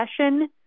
session